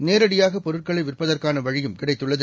நேரடியாகபொருட்களைவிற்பதற்கானவழிகிடைத்துள்ளது